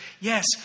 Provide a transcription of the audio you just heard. yes